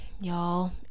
y'all